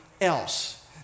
else